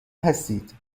هستید